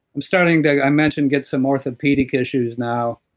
i'm starting i mentioned, get some orthopedic issues now,